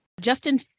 Justin